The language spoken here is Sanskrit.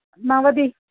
नावतिः